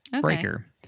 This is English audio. breaker